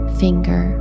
finger